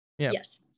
Yes